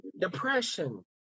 depression